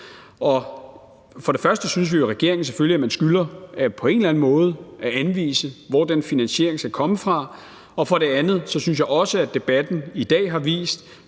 For det første synes vi i regeringen selvfølgelig, at man på en eller anden måde skylder at anvise, hvorfra den finansiering skal komme, og for det andet synes jeg også, at debatten i dag har vist,